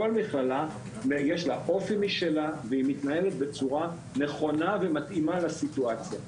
לכל מכללה יש אופי משלה והיא מתנהלת בצורה נכונה ומתאימה לסיטואציה.